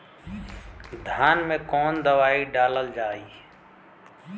धान मे कवन दवाई डालल जाए?